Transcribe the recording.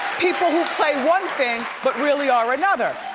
people who play one thing but really are another.